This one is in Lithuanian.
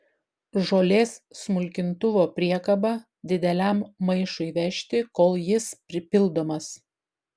žolės smulkintuvo priekaba dideliam maišui vežti kol jis pripildomas